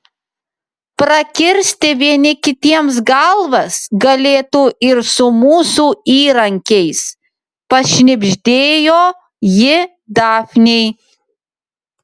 prakirsti vieni kitiems galvas galėtų ir su mūsų įrankiais pašnibždėjo ji dafnei